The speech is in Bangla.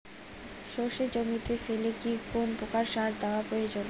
সর্ষে জমিতে ফেলে কি কোন প্রকার সার দেওয়া প্রয়োজন?